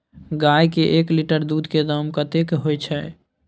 गाय के एक लीटर दूध के दाम कतेक होय छै?